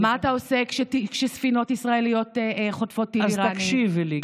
מה אתה עושה כשספינות ישראליות חוטפות טיל איראני?